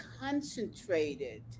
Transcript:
concentrated